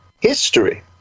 history